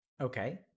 Okay